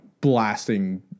blasting